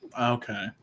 Okay